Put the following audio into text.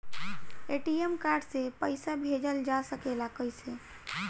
ATM card से पइसा भेजल जा सकेला कइसे?